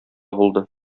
булды